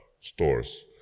stores